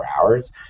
hours